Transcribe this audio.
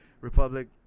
republic